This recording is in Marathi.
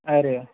अरे वा